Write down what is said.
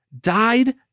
died